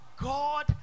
God